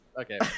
Okay